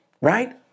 right